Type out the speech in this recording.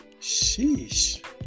sheesh